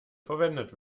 verwendet